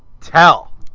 tell